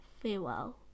farewell